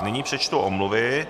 Nyní přečtu omluvy.